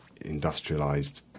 industrialized